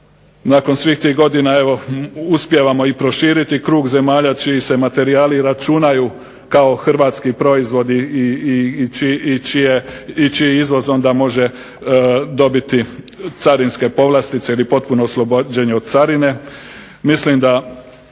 nakon svih tih godina uspijevamo proširiti taj krug zemalja čiji se materijali računaju kao Hrvatski proizvodi i čiji izvoz može dobiti carinske povlastice ili potpuno oslobađanje od carine. Mislim da